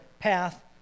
path